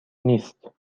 نیست